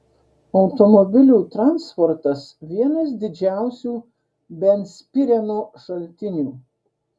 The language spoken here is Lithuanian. automobilių transportas vienas didžiausių benzpireno šaltinių